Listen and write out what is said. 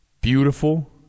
Beautiful